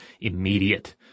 immediate